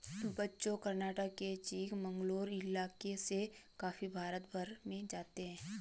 बच्चों कर्नाटक के चिकमंगलूर इलाके से कॉफी भारत भर में जाती है